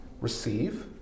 receive